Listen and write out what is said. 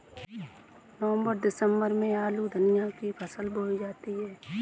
नवम्बर दिसम्बर में आलू धनिया की फसल बोई जाती है?